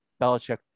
Belichick